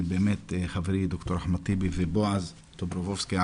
חברי ד"ר אחמד טיבי ובועז טופורובסקי,